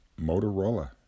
Motorola